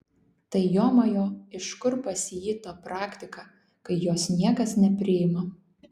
tai jomajo iš kur pas jį ta praktika kai jos niekas nepriima